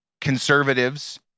conservatives